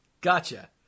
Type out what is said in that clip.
Gotcha